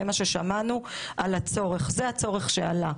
זה מה ששמענו על הצורך, זה הצורך שעלה.